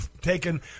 taken